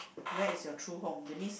where is your true home this means